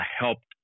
helped